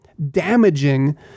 damaging